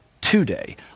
today